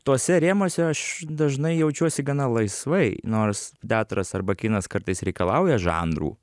tuose rėmuose aš dažnai jaučiuosi gana laisvai nors teatras arba kinas kartais reikalauja žanrų